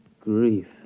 grief